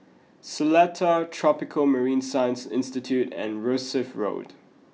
Seletar Tropical Marine Science Institute and Rosyth Road